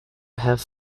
have